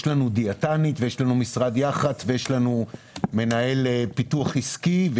יש לנו דיאטנית ויש לנו משרד יח"צ ויש לנו מנהל פיתוח עסקי.